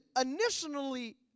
initially